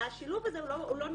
השילוב הזה הוא לא נכון.